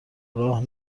راه